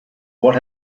what